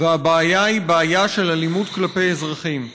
בעיה של אלימות כלפי אזרחים,